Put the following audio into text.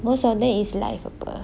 most of them is life apa